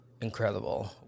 incredible